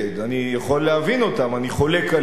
אני יכול להבין אותן, אני חולק עליהן.